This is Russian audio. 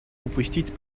упустить